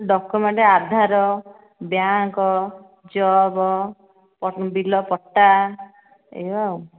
document Aadhaar bank job bill ପଟା ଏଇଆ ଆଉ